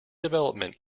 development